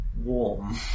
warm